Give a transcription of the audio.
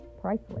Priceless